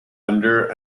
under